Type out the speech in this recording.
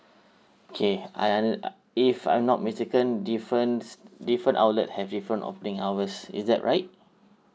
K I under uh if I'm not mistaken difference different outlet have different opening hours is that right